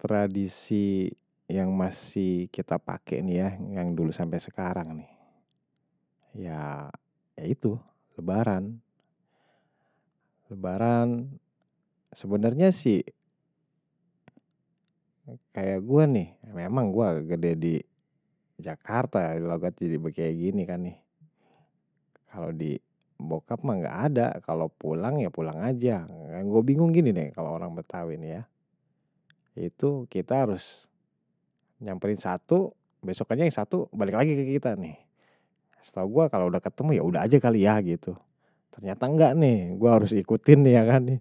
Tradisi yang masih kita pake nih ya, yang dulu sampai sekarang nih. Ya, ya itu. Lebaran. Lebaran. Sebenarnya sih, kayak gue nih, ya memang gue gede di jakarta ya, kalau gue jadi begini kan nih. Kalau di bokap mah nggak ada, kalau pulang, ya pulang aja. Gue bingung gini nih, kalau orang betawi nih ya. Itu kita harus nyamperin satu, besokannya yang satu, balik lagi ke kita nih. Setelah gue kalau udah ketemu, ya udah aja kali ya gitu. Ternyata nggak nih, gue harus ikutin nih, ya kan nih.